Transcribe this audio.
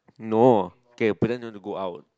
no okay but then you wanna go out